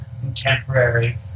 contemporary